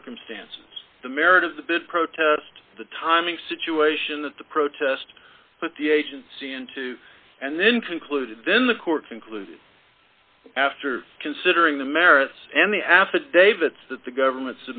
circumstances the merit of the big protest the timing situation that the protest put the agency into and then concluded then the court concluded after considering the merits and the affidavits that the government